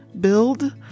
build